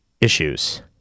issues